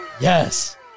Yes